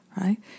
right